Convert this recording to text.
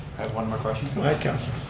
have one more question. go ahead councilor.